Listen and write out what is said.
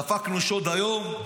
דפקנו שוד היום,